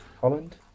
Holland